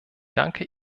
danke